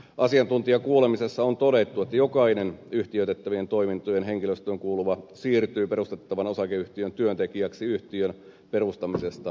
asiantuntijakuulemisessa on todettu että jokainen yhtiöitettävien toimintojen henkilöstöön kuuluva siirtyy perustettavan osakeyhtiön työntekijäksi yhtiön perustamisesta lukien